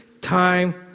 time